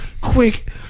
quick